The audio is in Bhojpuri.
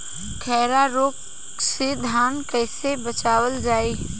खैरा रोग से धान कईसे बचावल जाई?